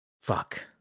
Fuck